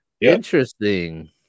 Interesting